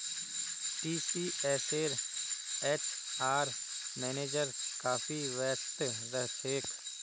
टीसीएसेर HR manager काफी व्यस्त रह छेक